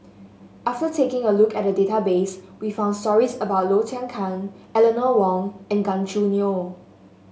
after taking a look at the database we found stories about Low Thia Khiang Eleanor Wong and Gan Choo Neo